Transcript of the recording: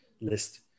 list